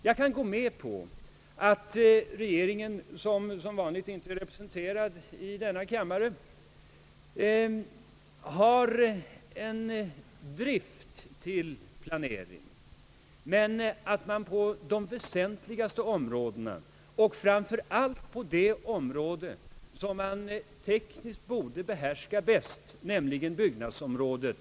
Jag kan också gå med på att regeringen — som vanligt inte representerad i denna kammare — har en ambition att planera så, att man ständigt misslyckas. Se på det område som man tekniskt borde behärska bäst, nämligen byggnadsområdet.